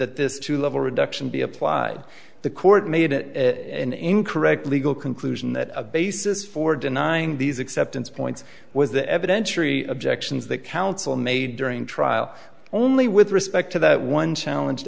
this two level reduction be applied the court made it in correct legal conclusion that a basis for denying these acceptance points was the evidentiary objections that counsel made during trial only with respect to that one challenged